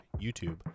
YouTube